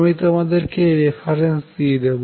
আমি তোমাদের এর রেফারেন্স দিয়ে দেব